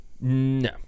No